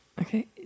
Okay